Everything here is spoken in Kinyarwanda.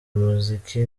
umuziki